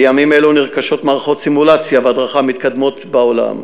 בימים אלו נרכשות מערכות סימולציה והדרכה מתקדמות בעולם.